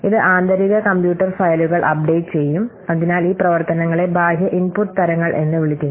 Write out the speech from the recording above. ഇത് ആന്തരിക കമ്പ്യൂട്ടർ ഫയലുകൾ അപ്ഡേറ്റ് ചെയ്യും അതിനാൽ ഈ പ്രവർത്തനങ്ങളെ ബാഹ്യ ഇൻപുട്ട് തരങ്ങൾ എന്ന് വിളിക്കുന്നു